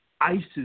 ISIS